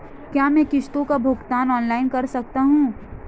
क्या मैं किश्तों का भुगतान ऑनलाइन कर सकता हूँ?